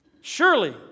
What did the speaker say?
Surely